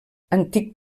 antic